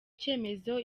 cyemezo